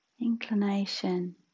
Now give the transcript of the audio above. inclination